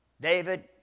David